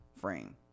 frame